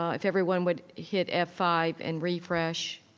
um if everyone would hit f five and refresh,